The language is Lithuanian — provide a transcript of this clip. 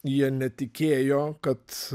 jie netikėjo kad